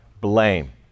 blame